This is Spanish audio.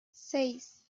seis